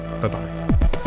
Bye-bye